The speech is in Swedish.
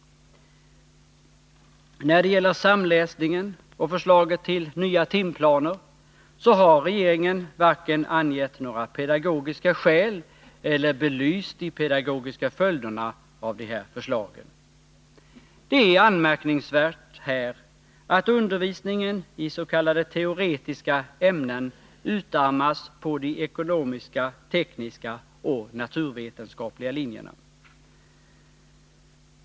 När det gäller samläsningen och förslaget till nya timplaner har regeringen varken angett några pedagogiska skäl eller belyst de pedagogiska följderna av de här förslagen. Det är här anmärkningsvärt att undervisningen i s.k. teoretiska ämnen utarmas på de ekonomiska, tekniska och naturvetenskapliga linjerna.